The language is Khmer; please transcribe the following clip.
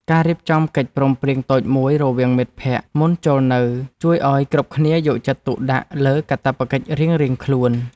ការរៀបចំកិច្ចព្រមព្រៀងតូចមួយរវាងមិត្តភក្តិមុនចូលនៅជួយឱ្យគ្រប់គ្នាយកចិត្តទុកដាក់លើកាតព្វកិច្ចរៀងៗខ្លួន។